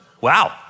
Wow